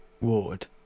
ward